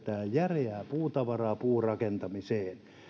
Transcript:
järeää puutavaraa puurakentamiseen